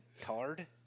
card